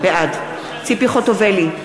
בעד ציפי חוטובלי,